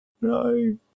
no